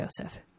Joseph